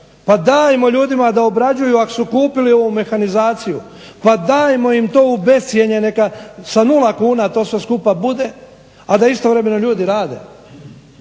Pa dajmo ljudima da obrađuju ako su kupili ovu mehanizaciju. Pa dajmo im to u bez cijene neka sa nula kuna to sve skupa bude a da istovremeno ljudi rade